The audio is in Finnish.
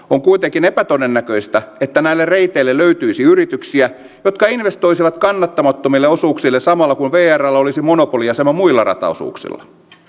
on kuitenkin epätodennäköistä että näille reiteille löytyisi yrityksiä jotka investoisivat kannattamattomille osuuksille samalla kun vrllä olisi monopoliasema muilla rataosuuksilla